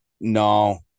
No